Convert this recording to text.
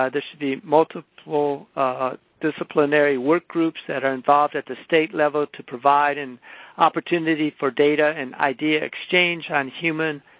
ah should be multiple disciplinary work groups that are involved at the state level to provide an opportunity for data and idea exchange on human,